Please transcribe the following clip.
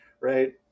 right